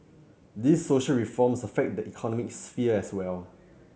these social reforms affect the economic sphere as well